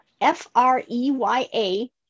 F-R-E-Y-A